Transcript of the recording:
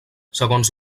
segons